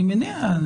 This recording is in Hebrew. אני מניח.